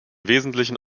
wesentlichen